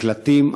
מקלטים,